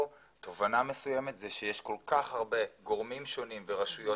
תובנה מסוימת זה שיש כל כך הרבה גורמים שונים ורשויות